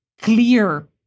clear